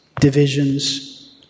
divisions